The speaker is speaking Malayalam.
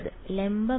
വിദ്യാർത്ഥി ലംബമായി